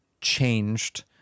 changed